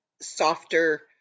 softer